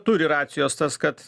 turi racijos tas kad